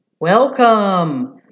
Welcome